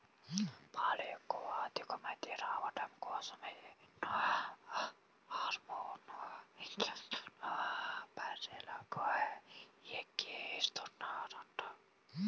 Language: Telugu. పాలు ఎక్కువ దిగుబడి రాడం కోసరం ఏవో హార్మోన్ ఇంజక్షన్లు బర్రెలకు ఎక్కిస్తన్నారంట